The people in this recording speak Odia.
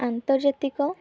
ଆନ୍ତର୍ଜାତିକ